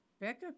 Becca